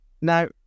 Now